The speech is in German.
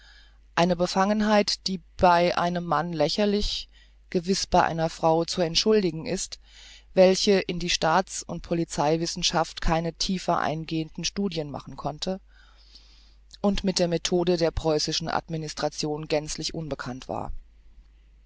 eine befangenheit die bei einem manne lächerlich gewiß bei einer frau zu entschuldigen ist welche in die staats und polizeiwissenschaft keine tiefer eingehende studien machen konnte und mit der methode der preußischen administration gänzlich unbekannt war